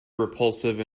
repulsive